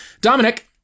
Dominic